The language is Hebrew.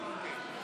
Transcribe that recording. כן.